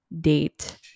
date